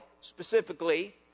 specifically